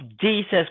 jesus